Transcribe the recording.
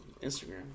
Instagram